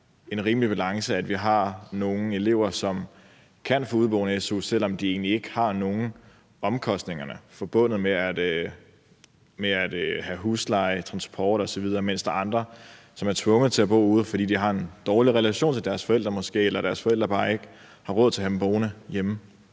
en rimelig balance, at vi har nogle elever, som kan få su for udeboende, selv om de egentlig ikke har nogen omkostninger forbundet med at bo ude, altså husleje, transport osv., mens der er andre, som er tvunget til at bo ude, fordi de måske har en dårlig relation til deres forældre, eller fordi deres forældre bare ikke har råd til at have dem boende hjemme?